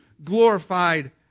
glorified